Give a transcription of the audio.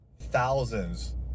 Thousands